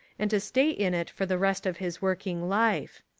and to stay in it for the rest of his working life.